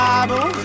Bible